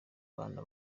abana